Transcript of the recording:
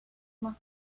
más